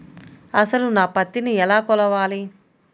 అసలు నా పత్తిని ఎలా కొలవాలి?